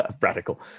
radical